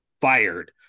fired